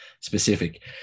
specific